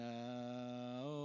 now